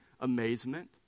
amazement